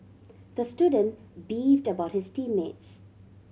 the student beefed about his team mates